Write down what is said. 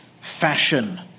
fashion